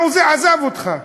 והוא עזב אותך.